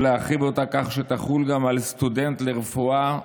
ולהרחיב אותה כך שתחול גם על סטודנט לרפואה,